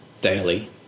daily